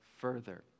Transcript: further